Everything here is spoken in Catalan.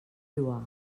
lloar